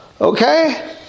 Okay